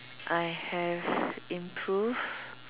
I have improved